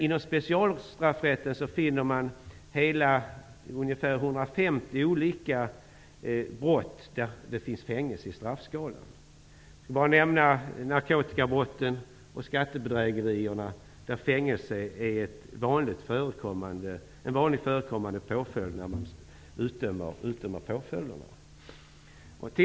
Inom specialstraffrätten finner man hela 150 olika brott där fängelsestraff finns i straffskalan. Jag kan nämna narkotikabrott och skattebedrägerier, där fängelsestraff är en vanligt förekommande påföljd.